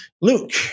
Luke